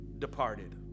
departed